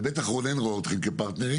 ובטח רונן רואה אתכם כפרטנרים,